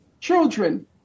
children